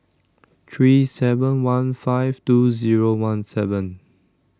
three seven one five two zero one seven